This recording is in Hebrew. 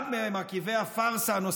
אחד ממרכיבי הפארסה הנוספים,